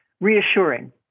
reassuring